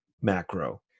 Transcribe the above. macro